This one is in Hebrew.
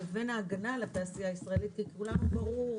לבין ההגנה על התעשייה הישראלית כי לכולנו ברור,